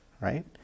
Right